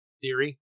theory